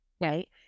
right